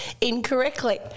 incorrectly